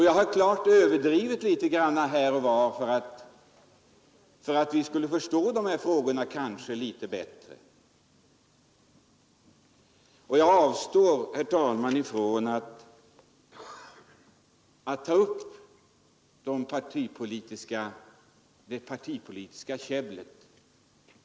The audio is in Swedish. Jag har därvid överdrivit här och var för att vi skulle kunna förstå dessa frågor något bättre. Jag avstår, herr talman, från att ta upp det partipolitiska käbblet.